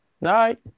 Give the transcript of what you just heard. Night